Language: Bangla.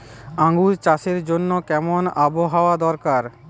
আঙ্গুর চাষের জন্য কেমন আবহাওয়া দরকার?